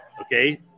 okay